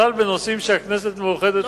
בכלל בנושאים שהכנסת מאוחדת בהם.